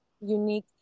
unique